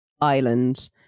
Island